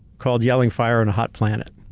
called yelling fire on a hot planet,